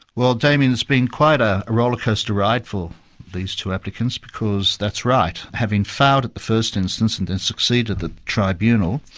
well damien, it's been quite a roller coaster ride for these two applicants, because that's right. having failed at the first instance and then succeeded at tribunal,